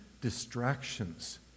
distractions